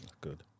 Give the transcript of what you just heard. Good